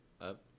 up